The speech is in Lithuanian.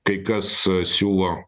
kai kas siūlo